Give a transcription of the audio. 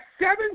seven